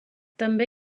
també